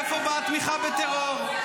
מי פה תומך בטרור,